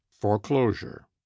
Foreclosure